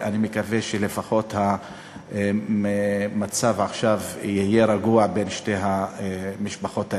אני מקווה שלפחות עכשיו המצב יהיה רגוע בין שתי המשפחות האלה.